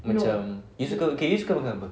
macam okay you suka makan apa